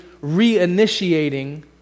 reinitiating